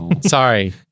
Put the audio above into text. sorry